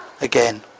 again